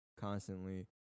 constantly